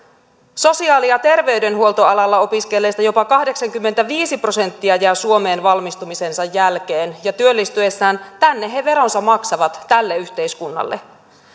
sosiaali ja terveydenhuoltoalalla opiskelleista jopa kahdeksankymmentäviisi prosenttia jää suomeen valmistumisensa jälkeen ja työllistyessään tänne he veronsa maksavat tälle yhteiskunnalle